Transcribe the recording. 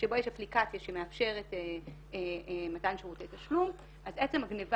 אי אפשר יהיה לדעת שכל אדם אם הוא אזרח ישראלי או לא,